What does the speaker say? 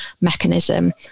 mechanism